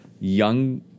young